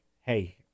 hey